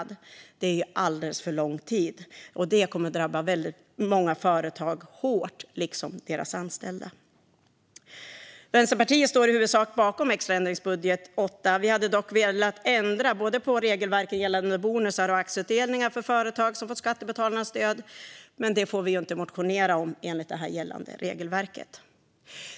Det är alldeles för sent, och det kommer att drabba väldigt många företag hårt, liksom deras anställda. Vänsterpartiet står i huvudsak bakom extra ändringsbudget 8. Vi hade dock velat ändra på regelverket gällande bonusar och aktieutdelningar för företag som fått skattebetalarnas stöd, men det får vi inte motionera om enligt gällande regelverk.